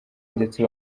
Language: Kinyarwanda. ndetse